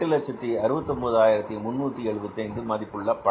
869375 மதிப்புள்ள பணம்